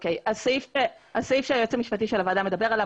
הסעיף שהיועץ המשפטי של הוועדה מדבר עליו